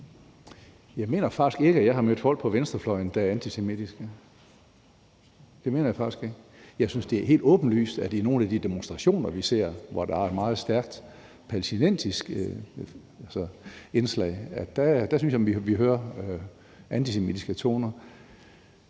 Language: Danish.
jeg mener faktisk ikke, at jeg har mødt folk på venstrefløjen, der er antisemitiske. Det mener jeg faktisk ikke. Jeg synes, det er helt åbenlyst, at vi i nogle af de demonstrationer, vi ser, hvor der er et meget stærkt palæstinensisk indslag, hører antisemitiske toner.